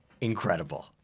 incredible